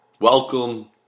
Welcome